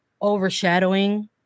overshadowing